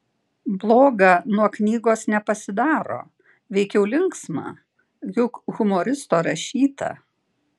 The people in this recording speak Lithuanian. bloga nuo knygos nepasidaro veikiau linksma juk humoristo rašyta